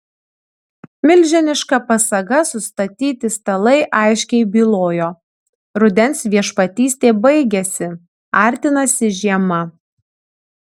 milžiniška pasaga sustatyti stalai aiškiai bylojo rudens viešpatystė baigiasi artinasi žiema